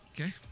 Okay